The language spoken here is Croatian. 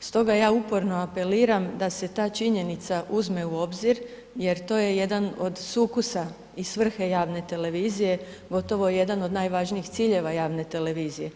stoga ja uporno apeliram da se ta činjenica uzme u obzir jer to je jedan od sukusa i svrhe javne televizije, gotovo jedan od najvažnijih ciljeva javne televizije.